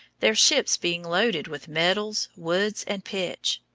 their ships being loaded with metals, woods, and pitch.